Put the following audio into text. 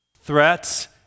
Threats